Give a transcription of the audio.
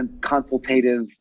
consultative